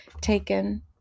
taken